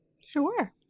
Sure